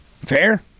Fair